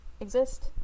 exist